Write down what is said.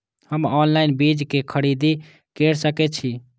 हम ऑनलाइन बीज के खरीदी केर सके छी?